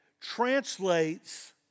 translates